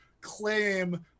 claim